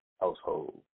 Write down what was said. household